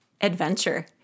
adventure